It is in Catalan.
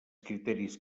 criteris